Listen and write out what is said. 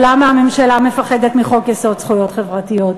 או למה הממשלה מפחדת מחוק-יסוד: זכויות חברתיות.